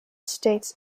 states